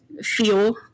feel